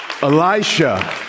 Elisha